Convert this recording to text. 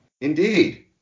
Indeed